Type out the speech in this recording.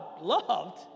loved